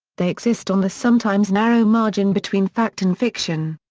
they exist on the sometimes narrow margin between fact and fiction.